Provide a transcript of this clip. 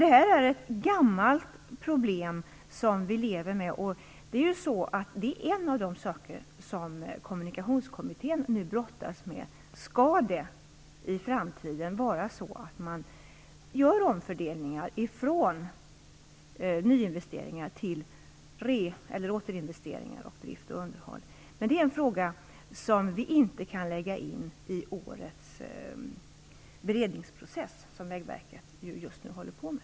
Detta är en gammalt problem som vi lever med. Det är en av de saker som Kommunikationskommittén nu brottas med. Skall det i framtiden vara så, att man gör omfördelningar från nyinvesteringar till reinvesteringar, eller återinvesteringar, drift och underhåll? Det är en fråga som vi inte kan lägga in i årets beredningsprocess, som Vägverket just nu håller på med.